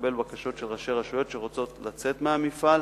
מקבל בקשות של ראשי רשויות שרוצות לצאת מהמפעל,